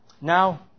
Now